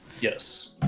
Yes